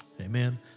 Amen